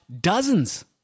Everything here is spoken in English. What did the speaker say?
dozens